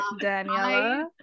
daniela